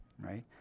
right